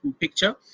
picture